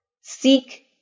seek